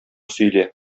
сөйлә